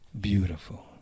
beautiful